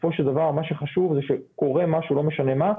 בסופו של דבר מה שחשוב זה שקורה משהו, לא משנה מה.